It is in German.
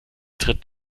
tritt